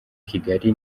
kigali